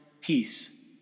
Peace